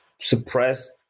Suppressed